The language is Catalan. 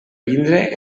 vindre